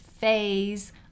phase